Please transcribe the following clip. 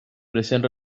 present